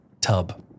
tub